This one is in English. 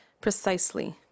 Precisely